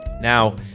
Now